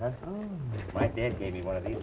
that's my dad gave me what they